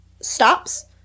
stops